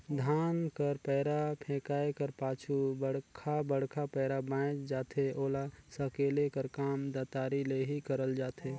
धान कर पैरा फेकाए कर पाछू बड़खा बड़खा पैरा बाएच जाथे ओला सकेले कर काम दँतारी ले ही करल जाथे